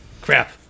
Crap